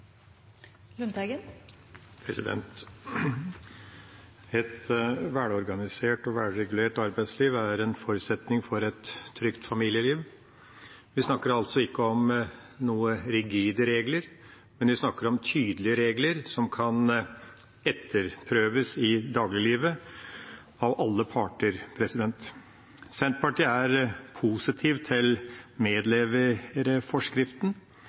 en forutsetning for et trygt familieliv. Vi snakker ikke om rigide regler, men om tydelige regler, som kan etterprøves i dagliglivet av alle parter. Senterpartiet stiller seg positivt til medleverforskriften